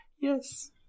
yes